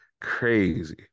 crazy